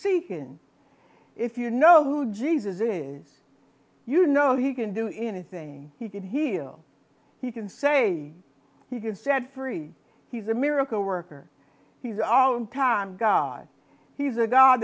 seek in if you know who jesus is you know he can do anything he can heal he can say he can set free he's a miracle worker he's all in time god he's a god